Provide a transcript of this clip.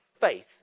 faith